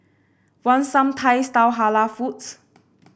want some Thai style Halal foods